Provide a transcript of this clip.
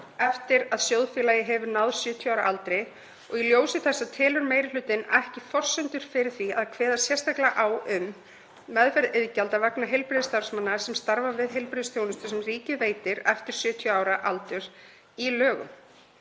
eftir að sjóðfélagi hefur náð 70 ára aldri. Í ljósi þessa telur meiri hlutinn ekki forsendur fyrir því að kveða sérstaklega á um meðferð iðgjalda vegna heilbrigðisstarfsmanna sem starfa við heilbrigðisþjónustu sem ríkið veitir eftir 70 ára aldur í lögum.